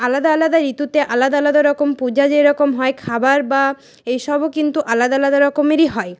আলাদা আলাদা ঋতুতে আলাদা আলাদা রকম পূজা যেরকম হয় খাবার বা এইসবও কিন্তু আলাদা আলাদা রকমেরই হয়